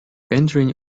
entering